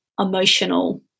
emotional